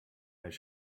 their